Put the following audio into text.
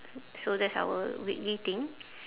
so that's our weekly thing